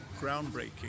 groundbreaking